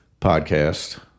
podcast